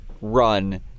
run